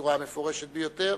בצורה מפורשת ביותר,